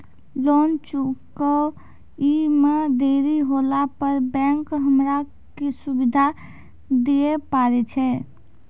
Loan चुकब इ मे देरी होला पर बैंक हमरा की सुविधा दिये पारे छै?